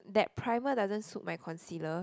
that primer doesn't suit my concealer